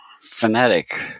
phonetic